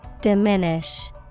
Diminish